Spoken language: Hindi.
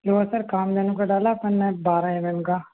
नो सर कामधेनु का डाला अपन ने बारा एम एम का